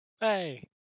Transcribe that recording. Hey